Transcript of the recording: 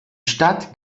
stadt